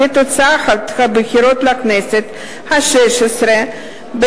עקב הבחירות לכנסת השש-עשרה,